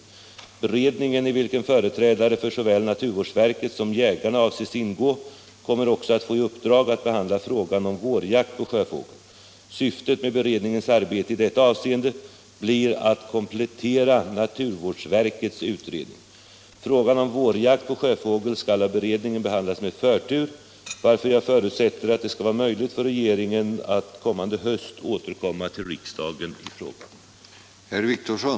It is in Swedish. Beredningen, i vilken företrädare för såväl naturvårdsverket som jägarna avses ingå, kommer också att få i uppdrag att behandla frågan om vårjakt på sjöfågel. Syftet med beredningens arbete i detta avseende blir att komplettera naturvårdsverkets utredning. Frågan om vårjakt på sjöfågel skall av beredningen behandlas med förtur, varför jag förutsätter att det skall vara möjligt för regeringen att kommande höst återkomma till riksdagen i frågan.